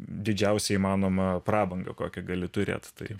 didžiausią įmanomą prabangą kokią gali turėt tai